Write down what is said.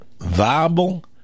viable